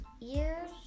ears